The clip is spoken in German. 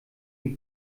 die